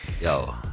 yo